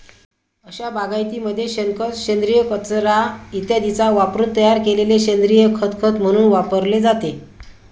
अशा बागायतीमध्ये शेणखत, सेंद्रिय कचरा इत्यादींचा वापरून तयार केलेले सेंद्रिय खत खत म्हणून वापरले जाते